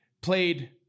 played